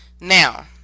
Now